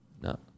no